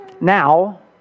Now